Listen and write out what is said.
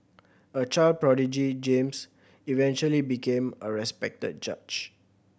a child prodigy James eventually became a respected judge